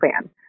plan